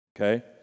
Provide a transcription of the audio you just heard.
Okay